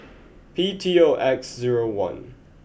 P T O X zero one